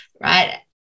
right